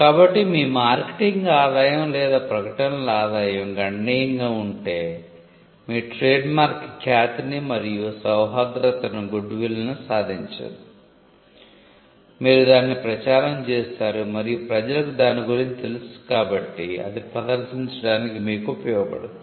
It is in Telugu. కాబట్టి మీ మార్కెటింగ్ ఆదాయం లేదా ప్రకటనల ఆదాయం గణనీయంగా ఉంటే మీ ట్రేడ్మార్క్ ఖ్యాతిని మరియు సౌహార్ధ్రతను సాధించింది మీరు దానిని ప్రచారం చేసారు మరియు ప్రజలకు దాని గురించి తెలుసు కాబట్టి అది ప్రదర్శించడానికి మీకు ఉపయోగపడుతుంది